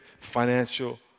financial